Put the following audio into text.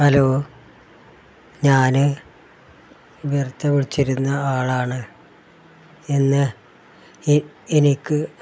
hello ഞാൻ നേരത്തെ വിളിച്ചിരുന്ന ആളാണ് പിന്നെ എനിക്ക്